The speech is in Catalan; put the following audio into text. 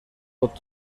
pot